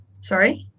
Sorry